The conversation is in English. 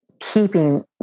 keeping